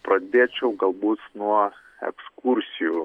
pradėčiau galbūt nuo ekskursijų